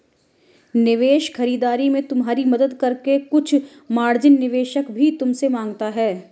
निवेश खरीदारी में तुम्हारी मदद करके कुछ मार्जिन निवेशक भी तुमसे माँगता है